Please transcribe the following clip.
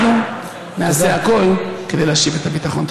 אנחנו נעשה הכול כדי להשיב את הביטחון.